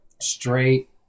Straight